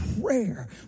prayer